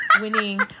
winning